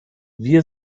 wir